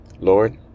lord